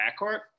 backcourt